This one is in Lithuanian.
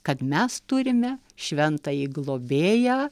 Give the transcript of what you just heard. kad mes turime šventąjį globėją